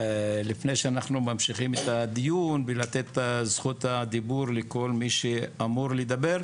לפני שאנחנו ממשיכים את הדיון בלתת את זכות הדיבור לכל מי שאמור לדבר,